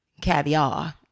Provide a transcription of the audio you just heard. Caviar